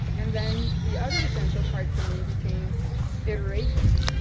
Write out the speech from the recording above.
and then the other essential part for me became iterations.